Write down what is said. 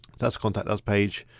that's contact us page.